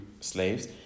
slaves